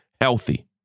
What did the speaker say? healthy